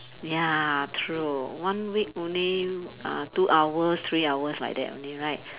ya true one week only uh two hours three hours like that only right